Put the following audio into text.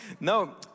no